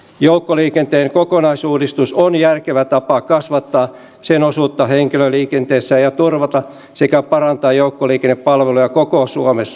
joukkoliikenteen kokonaisuudistus on järkevä tapa kasvattaa sen osuutta henkilöliikenteessä ja turvata sekä parantaa joukkoliikennepalveluja koko suomessa